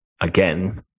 again